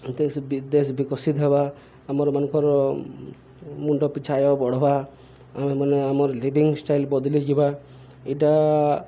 ଦେଶ ବିଦେଶ ବିକଶିତ ହେବା ଆମର ମାନଙ୍କର ମୁଣ୍ଡ ପିଛା ଆୟ ବଢ଼ବା ଆମେ ମାନେ ଆମର ଲିଭିଂ ଷ୍ଟାଇଲ ବଦଲିଯିବା ଏଇଟା